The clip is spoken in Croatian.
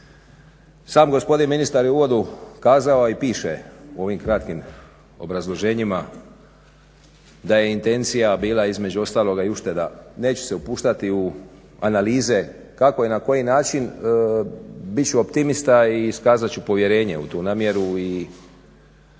Sam gospodin ministar je u uvodu kazao a i piše i u ovim kratkim obrazloženjima da je intencija bila između ostaloga i ušteda. Neću se upuštati u analize kako i na koji način, bit ću optimista i iskazat ću povjerenje u tu namjeru i u